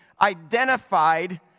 identified